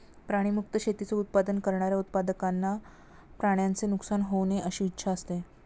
प्राणी मुक्त शेतीचे उत्पादन करणाऱ्या उत्पादकांना प्राण्यांचे नुकसान होऊ नये अशी इच्छा असते